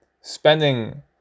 spending